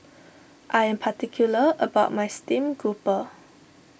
I am particular about my Steamed Grouper